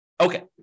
Okay